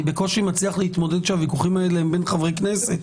אני בקושי מצליח להתמודד כשהוויכוחים האלה בין חברי הכנסת,